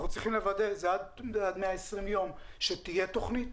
אנחנו צריכים שעד 120 יום תהיה תוכנית,